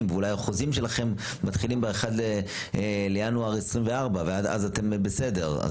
והחוזים שלכם מתחילים רק ב-1 בינואר 2024 ועד אז אתם בסדר.